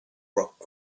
rock